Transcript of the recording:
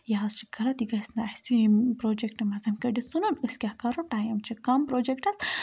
یہِ حظ چھِ غلط یہِ گَژھِ نہٕ اَسہِ یمہ پروجَکٹ منٛز کٔڑِتھ ژھُنُن أسۍ کیاہ کَرو ٹایم چھِ کَم پروجَکٹَس